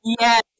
yes